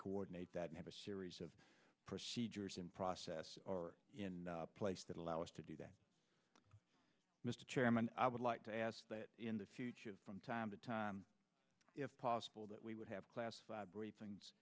coordinate that we have a series of procedures in process or in place that allow us to do that mr chairman i would like to ask in the future from time to time if possible that we would have classified briefings